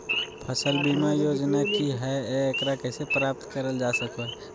फसल बीमा योजना की हय आ एकरा कैसे प्राप्त करल जा सकों हय?